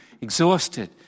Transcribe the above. exhausted